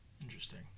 Interesting